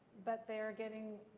but they're getting,